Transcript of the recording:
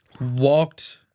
walked